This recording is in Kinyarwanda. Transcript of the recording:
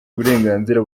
uburenganzira